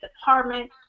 department